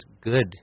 good